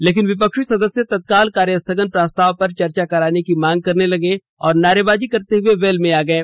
लेकिन विपक्षी सदस्य तत्काल कार्यस्थगन प्रस्ताव पर चर्चा कराने की मांग करने लगे और नारेबाजी करते हुए वेल में आ गये